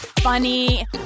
funny